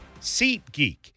SeatGeek